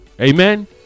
Amen